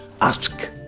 ask